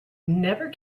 never